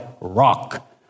rock